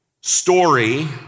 story